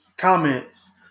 Comments